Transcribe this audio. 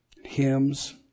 hymns